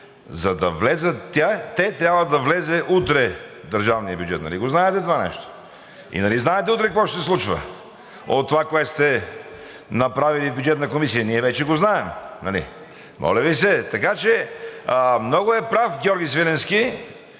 те, трябва да влезе утре държавният бюджет, нали го знаете това нещо? Нали знаете утре какво ще се случва от това, което сте направили в Бюджетната комисия, ние вече го знаем, моля Ви се! Така че много е прав Георги Свиленски,